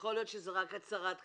יכול להיות שזו רק הצהרת כוונות,